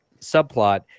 subplot